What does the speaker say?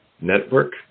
Network